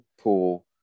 pool